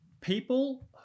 People